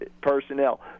personnel